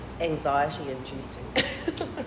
anxiety-inducing